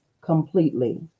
completely